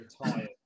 retired